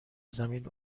زمین